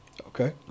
Okay